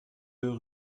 deux